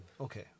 Okay